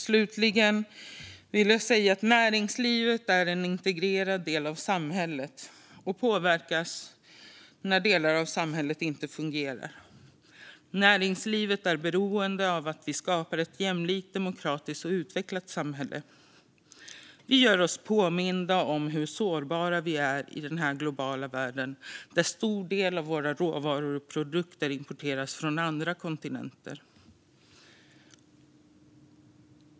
Slutligen vill jag säga att näringslivet är en integrerad del av samhället och påverkas när delar av samhället inte fungerar. Näringslivet är beroende av att vi skapar ett jämlikt, demokratiskt och utvecklat samhälle. Vi gör oss påminda om hur sårbara vi är i den här globala världen, där en stor del av våra råvaror och produkter importeras från andra kontinenter.